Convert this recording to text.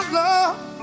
love